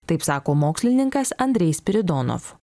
taip sako mokslininkas andrej spiridonov